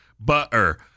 Butter